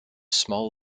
small